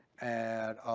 and,